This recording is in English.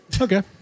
Okay